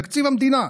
תקציב המדינה,